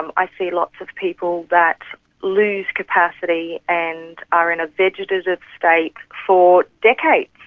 um i see lots of people that lose capacity and are in a vegetative state for decades,